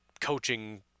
coaching